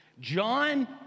John